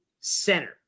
center